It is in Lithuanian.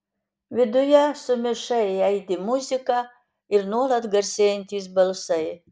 viduje sumišai aidi muzika ir nuolat garsėjantys balsai